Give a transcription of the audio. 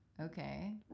Okay